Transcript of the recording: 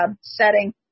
setting